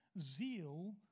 zeal